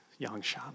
Yangshan